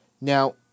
Now